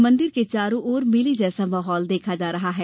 मंदिरों के चारों और मेले जैसा माहौल देखा जा रहा है